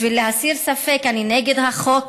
בשביל להסיר ספק, אני נגד החוק.